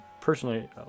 personally